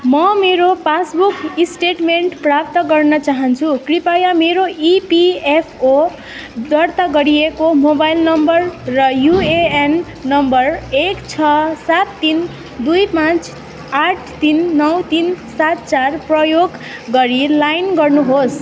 म मेरो passbook statement प्राप्त गर्न चाहन्छु कृपया मेरो इपिएफओ दर्ता गरिएको मोबाइल नम्बर र युएएन नम्बर एक छ सात तिन दुई पाँच आठ तिन नौ तिन सात चार प्रयोग गरी लगइन गर्नुहोस्